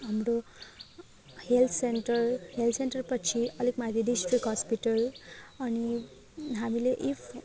हाम्रो health centre health सेन्टरपछि अलिक माथि डिस्ट्रिक हस्पिटल अनि हामीले इफ